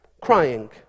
crying